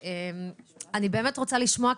אני באמת רוצה לשמוע,